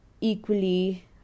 equally